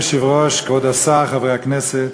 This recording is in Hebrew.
גברתי היושבת-ראש, כבוד השר, חברי הכנסת,